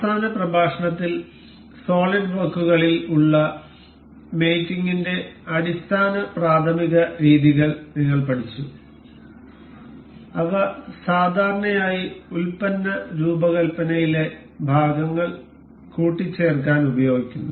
അവസാന പ്രഭാഷണത്തിൽ സോളിഡ് വർക്കുകളിൽ ഉള്ള മേറ്റിങ്ങിന്റെ അടിസ്ഥാന പ്രാഥമിക രീതികൾ നിങ്ങൾ പഠിച്ചു അവ സാധാരണയായി ഉൽപ്പന്ന രൂപകൽപ്പനയിലെ ഭാഗങ്ങൾ കൂട്ടിച്ചേർക്കാൻ ഉപയോഗിക്കുന്നു